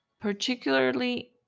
particularly